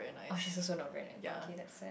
oh she's also not very ni~ oh okay that's sad